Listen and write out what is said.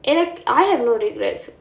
எனக்~:enak~ I have no regrets